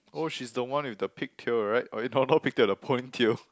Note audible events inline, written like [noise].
oh she's the one with the pigtail right oh no not [laughs] pigtail the ponytail